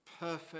perfect